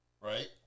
right